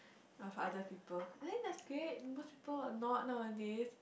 of other people I think that's great msot people are not nowadays